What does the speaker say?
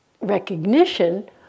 recognition